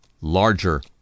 larger